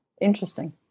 interesting